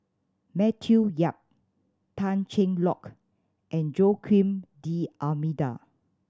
Matthew Yap Tan Cheng Lock and Joaquim D'Almeida